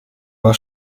war